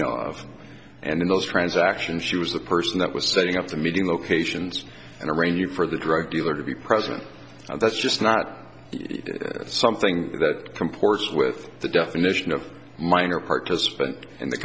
know of and in those transactions she was the person that was setting up the meeting locations and arranging for the drug dealer to be present and that's just not something that comports with the definition of minor participant in the